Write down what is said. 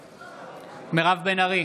בעד מירב בן ארי,